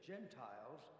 Gentiles